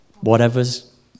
whatever's